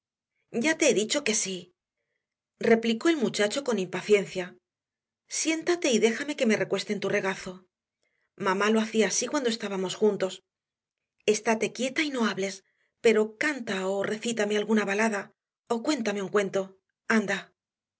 ya te he dicho que sí replicó el muchacho con impaciencia siéntate y déjame que me recueste en tu regazo mamá lo hacía así cuando estábamos juntos estate quieta y no hables pero canta o recítame alguna balada o cuéntame un cuento anda